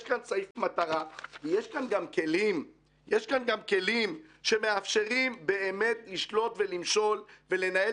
יש כאן סעיף מטרה ויש כאן גם כלים שמאפשרים באמת לשלוט ולמשול ולנהל